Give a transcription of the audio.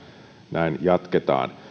näin jatketaan